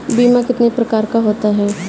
बीमा कितने प्रकार का होता है?